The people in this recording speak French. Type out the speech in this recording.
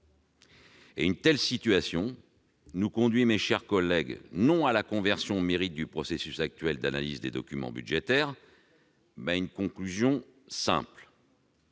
Une telle situation nous conduit, mes chers collègues, non à une conversion aux mérites du processus actuel d'analyse des documents budgétaires, mais à une conclusion simple.